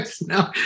no